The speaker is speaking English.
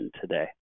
today